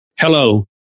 Hello